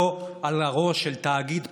לא על הראש של תאגיד פרטי,